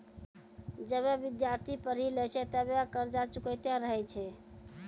जबे विद्यार्थी पढ़ी लै छै तबे कर्जा चुकैतें रहै छै